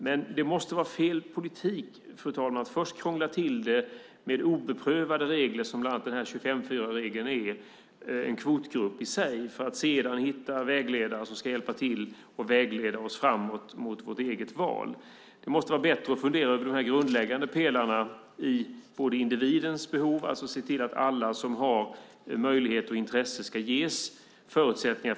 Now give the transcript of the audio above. Men det måste vara fel politik att först krångla till det med oprövade regler, som bland annat 25:4-regeln som i sig är en kvotgrupp, för att sedan hitta vägledare som ska hjälpa till att leda oss mot vårt eget val. Det måste vara bättre att fundera över de grundläggande pelarna och se till att alla som har möjlighet och intresse ges förutsättningar.